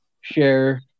share